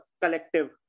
collective